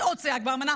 זה עוד סייג באמנה,